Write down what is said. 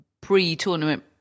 pre-tournament